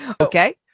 Okay